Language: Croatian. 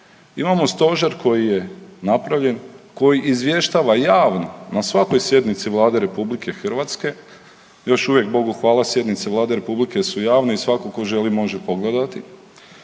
Imamo stožer koji je napravljen koji izvještava javno na svakoj sjednici Vlade Republike Hrvatske. Još uvijek Bogu hvala sjednice Vlade Republike su javne i svatko tko želi može pogledati.